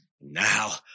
now